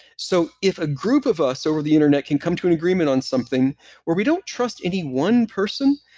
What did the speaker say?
so if a group of us over the internet can come to an agreement on something where we don't trust any one person,